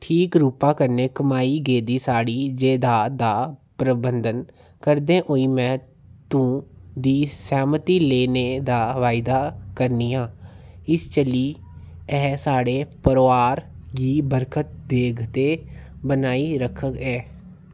ठीक रूपा कन्नै कमाई गेदी साढ़ी जैदाद दा प्रबंधन करदे होई में तुं'दी सैह्मती लैने दा वायदा करनी आं इस चाल्ली एह् साढ़े परोआर गी बरकत देग ते बनाई रक्खग ऐ